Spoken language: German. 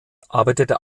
arbeitete